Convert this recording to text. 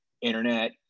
internet